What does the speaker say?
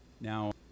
Now